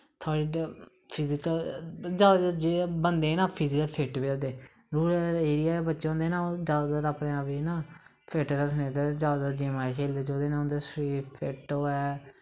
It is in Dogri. जैदातर बंदे ना फिजिकल फिट्ट बी होंदे रूरल एरिया दे बच्चे होंदे ना ओह् जैदातर अपनें आप गी फिट्ट रक्खनें तै जैदातर गेमां खेलदे जेह्दे नै उंदा शरीर फिट्ट होऐ